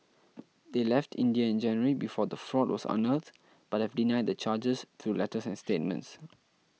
they left India in January before the fraud was unearthed but have denied the charges through letters and statements